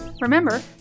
Remember